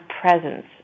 presence